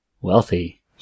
wealthy